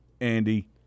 Andy